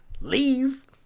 leave